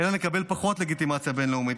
אלא נקבל פחות לגיטימציה בין-לאומית.